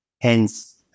Hence